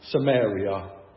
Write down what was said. Samaria